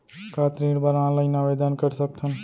का ऋण बर ऑनलाइन आवेदन कर सकथन?